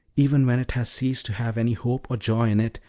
even when it has ceased to have any hope or joy in it,